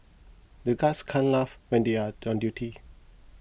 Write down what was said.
the guards can't laugh when they are on duty